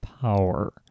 power